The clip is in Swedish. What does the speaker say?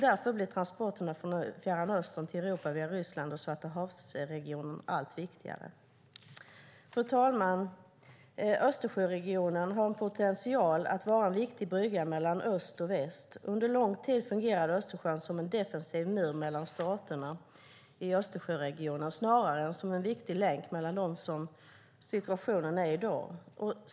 Därför blir transporterna från Fjärran Östern till Europa via Ryssland och Svartahavsregionen allt viktigare. Fru talman! Östersjöregionen har potential att vara en viktig brygga mellan öst och väst. Under lång tid fungerade Östersjön som en defensiv mur mellan staterna i Östersjöregionen snarare än som en viktig länk mellan dem, som situationen är i dag.